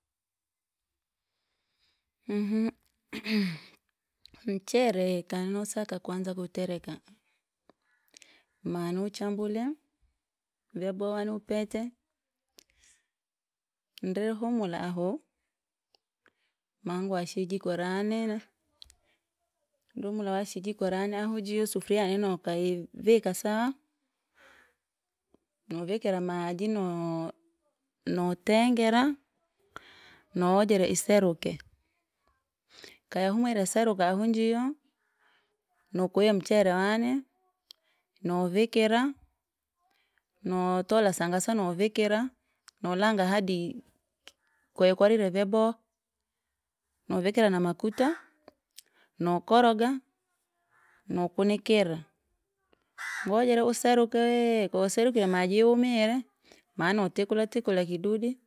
mchere kaninosaka kuanza kuutereka, manuchambule, vyaboha niupete, ndiri humula ahu, mangwashe ijikorane, ndiri humula washa ijiko rani ahu jiyo sufuria yani nokai vikasawa, novikira maji no- notengera! Naowjera iseruke, kayahumwire seruka ahu njiyo, nokoya mchere wani, novikira, notola sangasa novikira, nalonga hadi ki- koya korire vyaboha, novikira namakuta, nokoroga, nokunikirira. Ngojere ueruke wee ko- serekire maji yumire, manotikula tikula kidudi,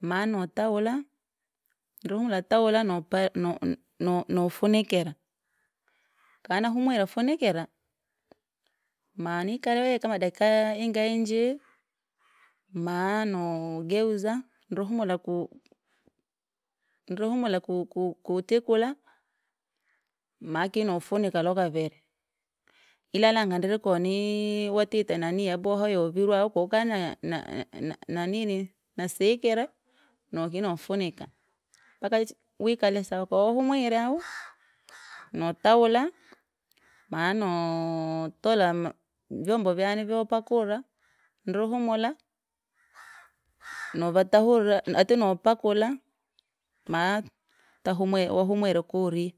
manotawula, ndiri humula tahula nopa no- nofunikira, kanahumwire funikira, manikale wee kama dakika ingai inji, mano ugeuza, ndiri humula kuu- ndiri humula ku- ku- kutikula, mako nifunika lwakaviri. Ila langa ndiri koni nii! Watite nanii yaboha yavirwa au koukari na – na – nanini ni- nasikira, nokino nofunika, mpaka wich wikale sawa kowahumwire au notahula, manoo tola ma- vyombo vyani vya pakura, ndru humula, novatahurira atu nopakula, ma- tahumwe wahumwire koriya.